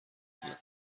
میدن